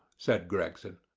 said gregson.